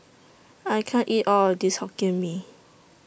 I can't eat All of This Hokkien Mee